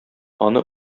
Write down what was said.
аны